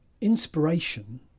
inspiration